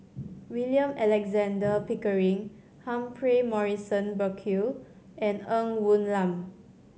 William Alexander Pickering Humphrey Morrison Burkill and Ng Woon Lam